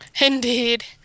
Indeed